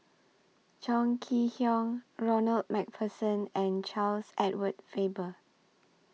Chong Kee Hiong Ronald MacPherson and Charles Edward Faber